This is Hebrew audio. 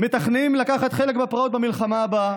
מתכננים לקחת חלק בפרעות במלחמה הבאה: